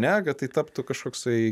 netgi tai taptų kažkoksai